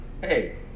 Hey